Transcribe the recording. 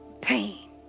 pain